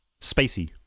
spacey